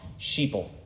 sheeple